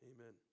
Amen